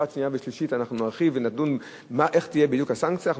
לקראת קריאה שנייה ושלישית אנחנו נרחיב ונדון איך תהיה בדיוק הסנקציה.